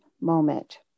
moment